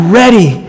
ready